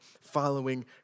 following